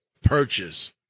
purchase